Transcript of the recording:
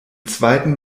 zweiten